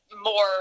more